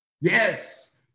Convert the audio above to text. Yes